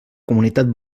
comunitat